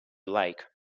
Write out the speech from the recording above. lake